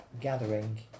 gathering